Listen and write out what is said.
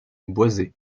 boisées